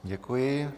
Děkuji.